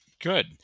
good